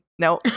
No